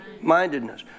mindedness